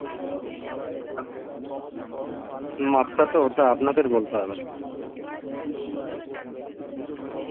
মাপটা তো ওটা আপনাদের বলতে হবে